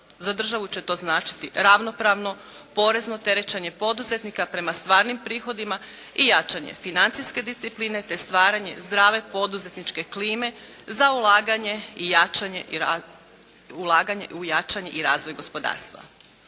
Za državu će to značiti ravnopravno porezno terećenje poduzetnika prema stvarnim prihodima i jačanje financijske discipline te stvaranje zdrave poduzetničke klime za ulaganje u jačanje i razvoj gospodarstva.